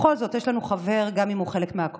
בכל זאת יש לנו חבר, גם אם הוא חלק מהקואליציה,